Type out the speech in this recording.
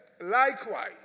Likewise